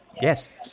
Yes